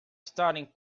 staring